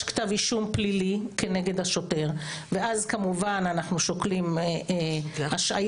כתב אישום פלילי כנגד השוטר ואז כמובן אנחנו שוקלים השעיה,